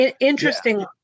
interesting